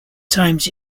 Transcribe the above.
times